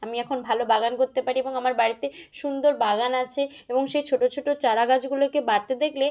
আমি এখন ভালো বাগান করতে পারি এবং আমার বাড়িতে সুন্দর বাগান আছে এবং সেই ছোটো ছোটো চারা গাছগুলোকে বাড়তে দেখলে